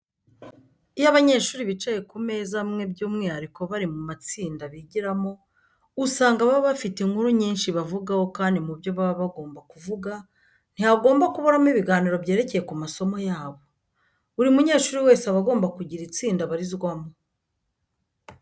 Iyo abanyeshuri bicaye ku meza amwe by'umwihariko bari mu matsinda bigiramo usanga baba bafite inkuru nyinshi bavugaho kandi mu byo baba bagomba kuvuga, ntihagomba kuburamo ibiganiro byerekeye ku masomo yabo. Buri munyeshuri wese aba agomba kugira itsinda abarizwamo.